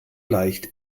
leicht